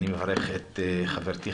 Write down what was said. אני מברך את חברתי,